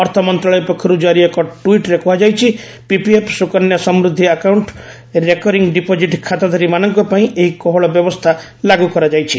ଅର୍ଥ ମନ୍ତ୍ରଣାଳୟ ପକ୍ଷରୁ ଜାରି ଏକ ଟୁଇଟ୍ରେ କୁହାଯାଇଛି ପିପିଏଫ ସୁକନ୍ୟା ସମୃଦ୍ଧି ଆକାଉଷ୍ଟି ରେକରିଂ ଡିପୋଜିଟ୍ ଖାତାଧାରୀ ମାନଙ୍କ ପାଇଁ ଏହି କୋହଳ ବ୍ୟବସ୍ଥା ଲାଗୁ କରାଯାଇଛି